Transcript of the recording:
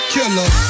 Killer